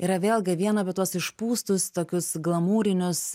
yra vėlgi vien apie tuos išpūstus tokius glamūrinius